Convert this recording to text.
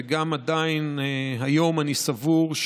וגם היום אני עדיין סבור,